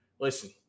Listen